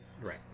right